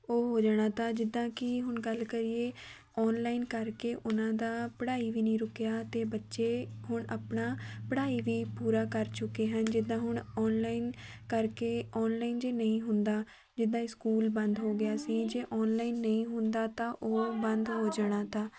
ਉਹ ਹੋ ਜਾਣਾ ਤਾ ਜਿੱਦਾਂ ਕਿ ਹੁਣ ਗੱਲ ਕਰੀਏ ਔਨਲਾਈਨ ਕਰਕੇ ਉਹਨਾਂ ਦਾ ਪੜ੍ਹਾਈ ਵੀ ਨਹੀਂ ਰੁਕਿਆ ਅਤੇ ਬੱਚੇ ਹੁਣ ਆਪਣਾ ਪੜ੍ਹਾਈ ਵੀ ਪੂਰਾ ਕਰ ਚੁੱਕੇ ਹਨ ਜਿੱਦਾਂ ਹੁਣ ਔਨਲਾਈਨ ਕਰਕੇ ਔਨਲਾਈਨ ਜੇ ਨਹੀਂ ਹੁੰਦਾ ਜਿੱਦਾਂ ਸਕੂਲ ਬੰਦ ਹੋ ਗਿਆ ਸੀ ਜੇ ਔਨਲਾਈਨ ਨਹੀਂ ਹੁੰਦਾ ਤਾਂ ਉਹ ਬੰਦ ਹੋ ਜਾਣਾ ਤਾ